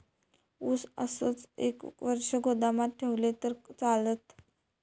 ऊस असोच एक वर्ष गोदामात ठेवलंय तर चालात?